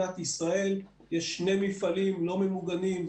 במדינת ישראל יש שני מפעלים לא ממוגנים,